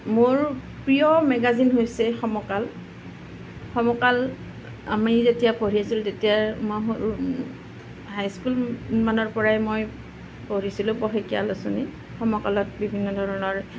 মোৰ প্ৰিয় মেগাজিন হৈছে সমকাল সমকাল আমি যেতিয়া পঢ়ি আছিলোঁ তেতিয়াৰ মই সৰু হাইস্কুল মানৰ পৰাই মই পঢ়িছিলোঁ পষেকীয়া আলোচনী সমকালত বিভিন্ন ধৰণৰ